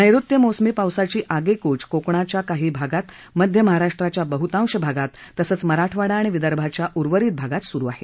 नैऋत्य मोसमी पावसाची आगेकूच कोकणाच्या आणखी काही भागात मध्य महाराष्ट्राच्या बहुतांश भागात तसंच मराठवाडा आणि विदर्भाच्या उर्वरित भागात सुरु आहे